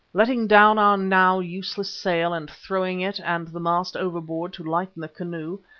letting down our now useless sail and throwing it and the mast overboard to lighten the canoe,